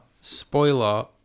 Spoiler